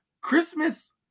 christmas